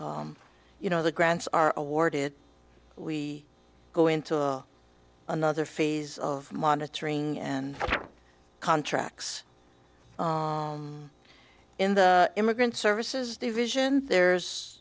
you know the grants are awarded we go into another phase of monitoring and contracts in the immigrant services division there's